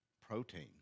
protein